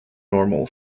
normal